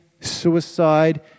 suicide